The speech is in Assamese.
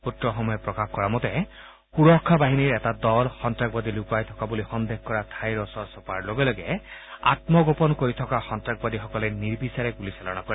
সূত্ৰসমূহে প্ৰকাশ কৰা মতে সুৰক্ষা বাহিনীৰ এটা দল সন্তাসবাদী লুকাই থকা বুলি সন্দেহ কৰা ঠাইৰ ওচৰ চপাৰ লগে লগে আম্মগোপন কৰি থকা সন্তাসবাদী সকলে নিৰ্বিচাৰে গুলীচালনা কৰে